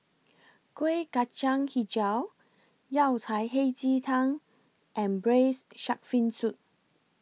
Kueh Kacang Hijau Yao Cai Hei Ji Tang and Braised Shark Fin Soup